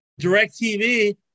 DirecTV